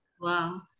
wow